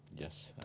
Yes